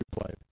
played